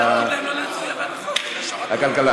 15 בעד, שמונה מתנגדים, אחד נמנע.